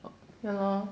ya lor